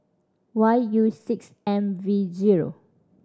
Y U six M V zero